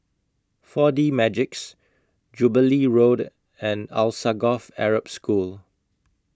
four D Magix Jubilee Road and Alsagoff Arab School